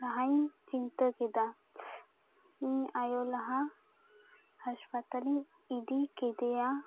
ᱞᱟᱦᱟᱧ ᱪᱤᱱᱛᱟᱹ ᱠᱮᱫᱟ ᱤᱧ ᱟᱭᱳ ᱞᱟᱦᱟ ᱦᱟᱥᱯᱟᱛᱟᱞ ᱤᱧ ᱤᱫᱤ ᱠᱤᱫᱤᱭᱟ